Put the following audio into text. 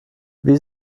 wie